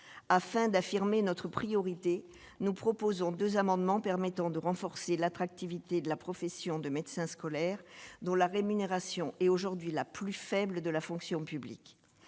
afin d'affirmer notre priorité, nous proposons 2 amendements permettant de renforcer l'attractivité de la profession de médecin scolaire dont la rémunération est aujourd'hui la plus faible de la fonction publique